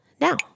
now